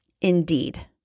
Indeed